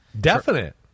Definite